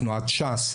תנועת ש"ס,